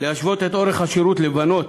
להשוות את אורך השירות של הבנות